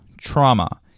trauma